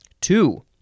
Two